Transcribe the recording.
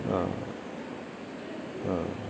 ആ ആ